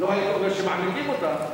לא הייתי אומר שהם מעמיקים אותה,